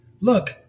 Look